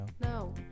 No